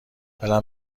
دلم